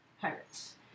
Pirates